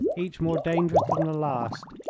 each more dangerous than the last.